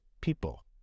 people